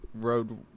road